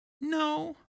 No